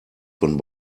von